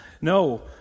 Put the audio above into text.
No